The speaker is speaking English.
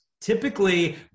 typically